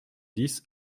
dix